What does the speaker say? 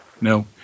No